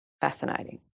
fascinating